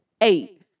Eight